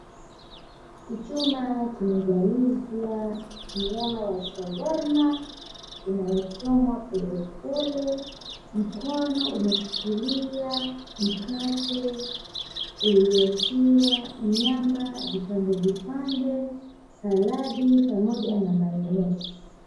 Kichumwa kimejalizwa nyama ya shawarma inayochomwa polepole. Mkono umeshikilia mkate uliotiwa nyama vipande vipande, saladi pamoja na mayonese